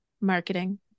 marketing